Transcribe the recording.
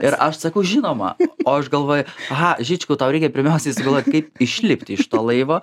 ir aš sakau žinoma o aš galvoju aha žičkau tau reikia pirmiausiai sugalvot kaip išlipti iš to laivo